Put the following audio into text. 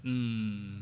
mm